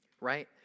Right